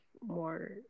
more